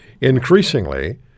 increasingly